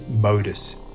modus